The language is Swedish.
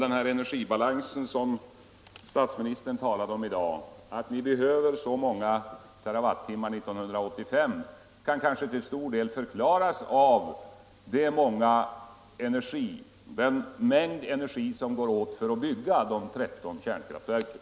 Den här energibalansen som statsministern talade om i dag och behovet av ett kraftigt ökat antal kilowattimmar 1985 kan kanske till stor del förklaras av den mängd energi som går åt för att bygga de 13 kärnkraftverken.